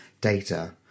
data